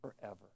forever